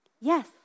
Yes